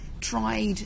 tried